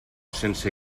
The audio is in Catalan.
sense